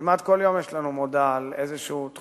כמעט כל יום יש לנו איזו מודעה על איזה תחום.